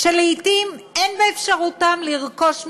שלעתים אין באפשרותם לרכוש מכונית,